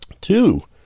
Two